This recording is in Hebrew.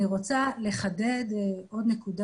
אני רוצה לחדד עוד נקודה.